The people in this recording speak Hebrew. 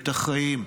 את החיים,